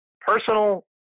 personal